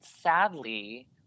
Sadly